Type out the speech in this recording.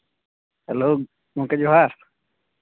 hello ᱜᱚᱢᱠᱮ ᱡᱚᱦᱟᱨ